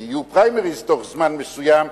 כי יהיו פריימריס בתוך זמן מסוים,